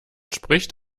spricht